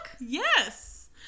Yes